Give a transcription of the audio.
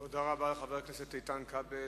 תודה רבה לחבר הכנסת איתן כבל.